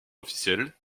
officiel